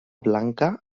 blanca